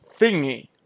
thingy